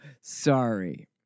sorry